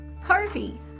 Harvey